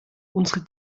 unsere